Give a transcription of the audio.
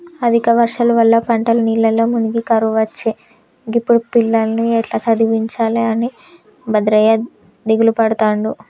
అధిక వర్షాల వల్ల పంటలు నీళ్లల్ల మునిగి కరువొచ్చే గిప్పుడు పిల్లలను ఎట్టా చదివించాలె అని భద్రయ్య దిగులుపడుతుండు